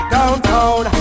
Downtown